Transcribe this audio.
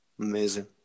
Amazing